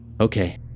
Okay